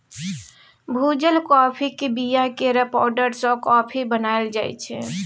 भुजल काँफीक बीया केर पाउडर सँ कॉफी बनाएल जाइ छै